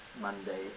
Monday